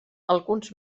alguns